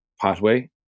pathway